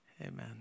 Amen